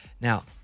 Now